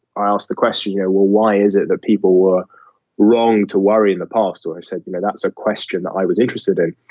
i ask the question, yeah well, why is it that people were wrong to worry in the past or i said, you know, that's a question that i was interested in.